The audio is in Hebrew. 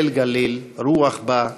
ליל גליל / רוח בא,